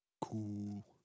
Cool